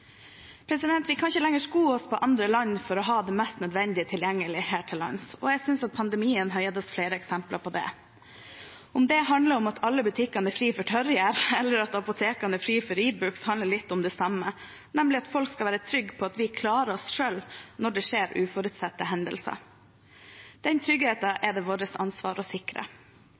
Norge. Vi kan ikke lenger sko oss på andre land for å ha det mest nødvendige tilgjengelig her til lands, og jeg synes at pandemien har gitt oss flere eksempler på det. Om det handler om at alle butikkene er fri for tørrgjær, eller at apotekene er fri for Ibux, handler litt om det samme, nemlig at folk skal være trygge på at vi klarer oss selv når det skjer uforutsette hendelser. Den tryggheten er det vårt ansvar å sikre.